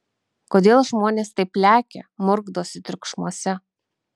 kodėl žmonės taip lekia murkdosi triukšmuose